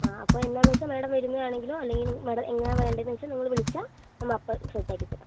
ആ അപ്പം എന്താന്ന് വെച്ചാൽ മാഡം വെരുന്നത് ആണെങ്കിലും അല്ലെങ്കിലും മാഡം എങ്ങനാ വേണ്ടേന്ന് വെച്ചാൽ നിങ്ങള് വിളിച്ചാൽ നമ്മ അപ്പ സെറ്റ് ആക്കിത്തരാം